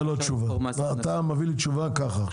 זו לא תשובה, אתה מביא לי תשובה ככה.